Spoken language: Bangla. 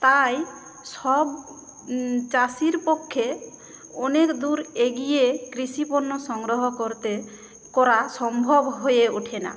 তাই সব চাষির পক্ষে অনেক দূর এগিয়ে কৃষি পণ্য সংগ্রহ করতে করা সম্ভব হয়ে ওঠে না